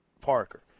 Parker